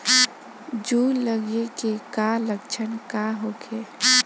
जूं लगे के का लक्षण का होखे?